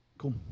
cool